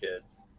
kids